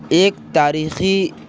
ایک تاریخی